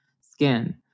skin